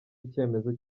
icyemezo